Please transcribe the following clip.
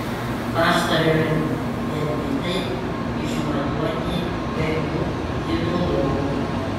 pastarojo debitai išmatuoti vu hidrologų